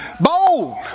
bold